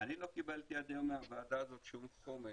לא קיבלתי עד היום מהוועדה הזאת שום חומר